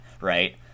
right